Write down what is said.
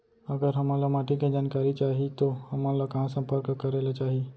अगर हमन ला माटी के जानकारी चाही तो हमन ला कहाँ संपर्क करे ला चाही?